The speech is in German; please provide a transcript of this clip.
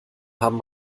haben